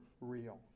real